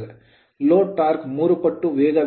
load torque load torque ಮೂರು ಪಟ್ಟು ವೇಗ